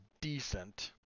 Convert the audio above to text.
decent